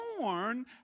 born